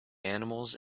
animals